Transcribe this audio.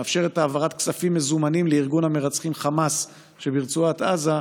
מאפשרת העברת כספים מזומנים לארגון המרצחים חמאס שברצועת עזה,